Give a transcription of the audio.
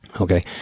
Okay